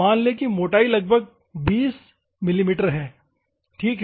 मान लें कि मोटाई लगभग 20 मिमी है ठीक है